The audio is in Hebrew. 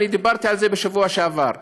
ואני דיברתי על זה בשבוע שעבר,